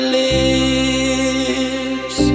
lips